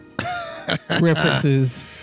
references